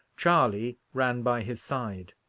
charley ran by his side.